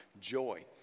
joy